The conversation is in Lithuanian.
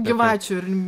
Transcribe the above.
gyvačių ir